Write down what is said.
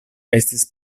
estis